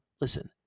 listen